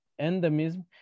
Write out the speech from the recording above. endemism